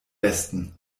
besten